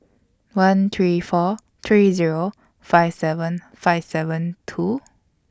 one three four three Zero five seven five seven two